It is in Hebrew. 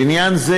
לעניין זה,